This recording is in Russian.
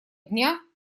дня